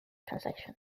translation